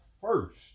first